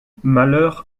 malheur